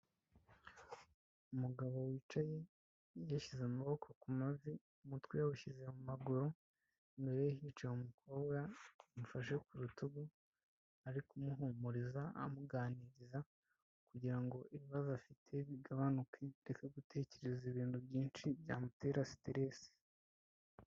Umugabo wicaye yashyize amaboko ku mavi umutwe yawushyize mu maguru, imbere ye hicaye umukobwa amufashe ku rutugu, ari kumuhumuriza amuganiriza kugira ngo ibibazo afite bigabanuke areke gutekereza ibintu byinshi byamutera sitiresi.